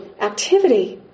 activity